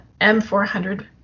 m400